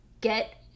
get